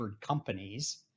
companies